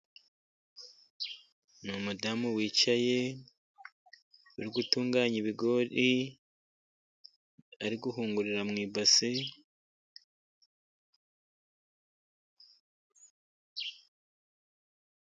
Ni umudamu wicaye uri gutunganya ibigori ari guhungurira mu ibasi.